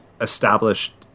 established